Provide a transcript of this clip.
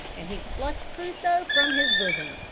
and he plucked crusoe from his bosom.